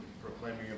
proclaiming